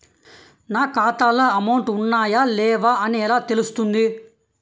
నా ఖాతాలో అమౌంట్ ఉన్నాయా లేవా అని ఎలా తెలుస్తుంది?